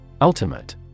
Ultimate